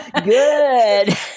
Good